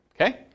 Okay